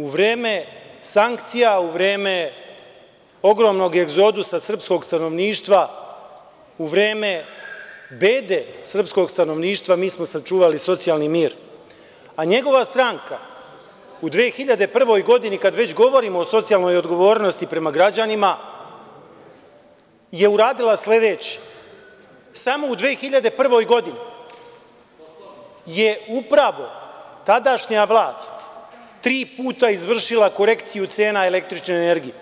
U vreme sankcija, u vreme ogromnog egzodusa srpskog stanovništva, u vreme bede srpskog stanovništva, mi smo sačuvali socijalni mir, a njegova stranka u 2001. godini, kada već govorimo o socijalnoj odgovornosti prema građanima, je uradila sledeće. (Janko Veselinović, s mesta: Poslovnik…) Samo u 2001. godini je upravo tadašnja vlast tri puta izvršila korekciju cena električne energije